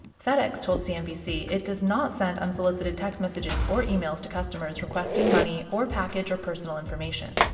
fedex told cnbc it does not send unsolicited text messages or emails to customers requesting money or package or personal information,